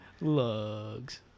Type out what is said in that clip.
Lugs